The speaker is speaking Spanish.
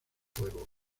juego